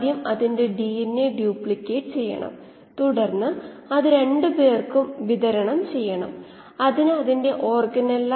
സിസ്റ്റത്തിലുള്ള balance സമവാക്യത്തിൽ ഇവിടെ നമ്മൾ സബ്സ്ട്രേറ്റിൽ ശ്രദ്ധ കേന്ദ്രീകരികരിക്കുന്നു